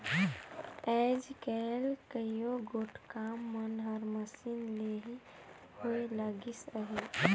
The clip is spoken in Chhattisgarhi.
आएज काएल कइयो गोट काम मन हर मसीन ले ही होए लगिस अहे